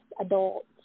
adults